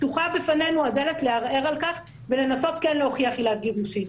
פתוחה בפנינו הדלת לערער על כך ולנסות כן להוכיח עילת גירושין.